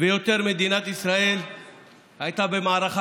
כישלון על שכשלנו במציאת פתרון למשבר הפוליטי